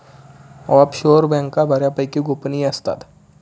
offshore बँका बऱ्यापैकी गोपनीय असतात